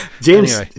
James